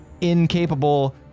incapable